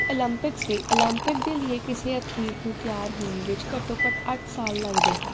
Olympics ਦੀ Olympic ਦੇ ਲੀਏ ਕਿਸੇ ਅਥਲੀਟ ਨੂੰ ਤਿਆਰ ਹੋਣ ਵਿੱਚ ਘੱਟੋ ਘੱਟ ਅੱਠ ਸਾਲ ਲੱਗਦੇ ਹਨ